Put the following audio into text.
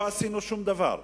לא עשינו שום דבר.